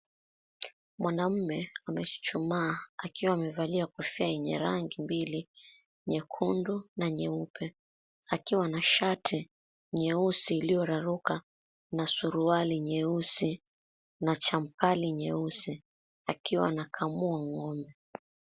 Mwanamume amechuchumaa akiwa amevalia kofia yenye rangi mbili, nyekundu na nyeupe. Akiwa na shati nyeusi iliyoraruka na suruali nyeusi na champali nyeusi akiwa anakamua ng'ombe.